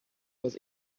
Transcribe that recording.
was